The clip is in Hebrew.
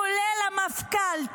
כולל המפכ"ל,